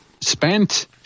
spent